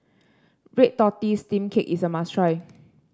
Red Tortoise Steamed Cake is a must try